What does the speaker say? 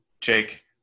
Jake